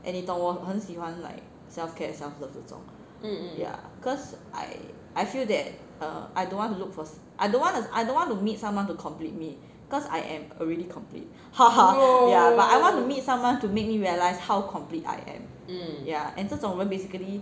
and 你懂我很喜欢 like self care and self love 这种 ya cause I I feel that err I don't want to look for I don't want to I don't want to meet someone to complete me cause I am already complete ha ha yeah but I want to meet someone to make me realise how complete I am and 这种人 basically